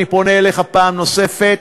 אני פונה אליך פעם נוספת: